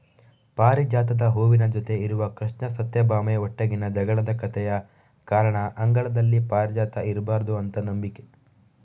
ಪಾರಿಜಾತದ ಹೂವಿನ ಜೊತೆ ಇರುವ ಕೃಷ್ಣ ಸತ್ಯಭಾಮೆ ಒಟ್ಟಿಗಿನ ಜಗಳದ ಕಥೆಯ ಕಾರಣ ಅಂಗಳದಲ್ಲಿ ಪಾರಿಜಾತ ಇರ್ಬಾರ್ದು ಅಂತ ನಂಬಿಕೆ